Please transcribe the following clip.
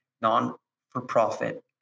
non-for-profit